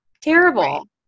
Terrible